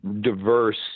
diverse